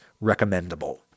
recommendable